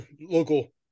local